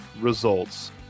results